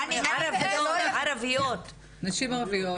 נשים ערביות.